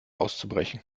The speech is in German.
auszubrechen